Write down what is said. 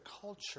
culture